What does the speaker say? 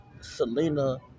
Selena